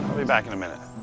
be back in a minute.